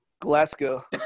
glasgow